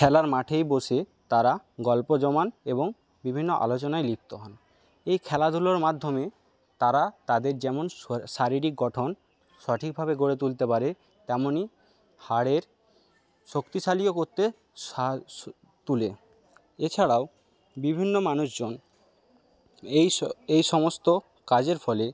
খেলার মাঠেই বসে তারা গল্প জমান এবং বিভিন্ন আলোচনায় লিপ্ত হন এই খেলাধুলোর মাধ্যমে তারা তাদের যেমন শারীরিক গঠন সঠিকভাবে গড়ে তুলতে পারে তেমনিই হাড়ের শক্তিশালীও করতে তুলে এছাড়াও বিভিন্ন মানুষজন এইসমস্ত কাজের ফলে